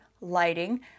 lighting